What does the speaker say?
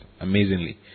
Amazingly